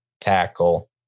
tackle